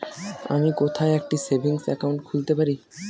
আমি কোথায় একটি সেভিংস অ্যাকাউন্ট খুলতে পারি?